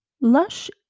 Lush